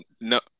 no